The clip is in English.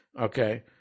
okay